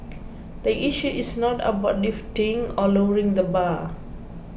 the issue is not about lifting or lowering the bar